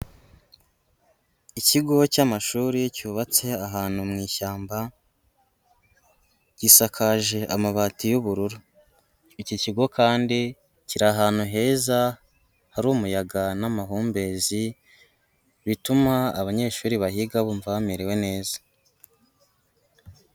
Ikigo cy'amashuri cyubatse ahantu mu ishyamba, gisakaje amabati y'ubururu, iki kigo kandi kiri ahantu heza hari umuyaga n'amahumbezi, bituma abanyeshuri bahiga bumva bamerewe neza.